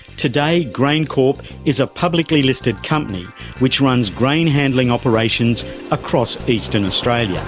today graincorp is a publicly-listed company which runs grain handling operations across eastern australia.